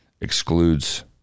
excludes